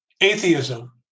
atheism